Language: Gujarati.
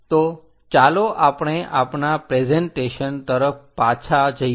તો ચાલો આપણે આપણાં પ્રેસેંટેશન તરફ પાછા જઈએ